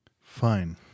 Fine